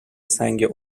سنگ